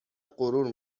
غرور